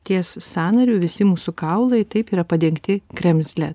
ties sąnariu visi mūsų kaulai taip yra padengti kremzle